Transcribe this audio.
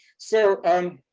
so, um,